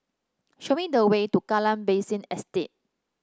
show me the way to Kallang Basin Estate